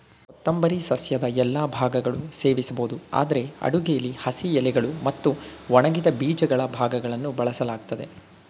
ಕೊತ್ತಂಬರಿ ಸಸ್ಯದ ಎಲ್ಲಾ ಭಾಗಗಳು ಸೇವಿಸ್ಬೋದು ಆದ್ರೆ ಅಡುಗೆಲಿ ಹಸಿ ಎಲೆಗಳು ಮತ್ತು ಒಣಗಿದ ಬೀಜಗಳ ಭಾಗಗಳನ್ನು ಬಳಸಲಾಗ್ತದೆ